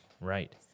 Right